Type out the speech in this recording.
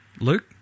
Luke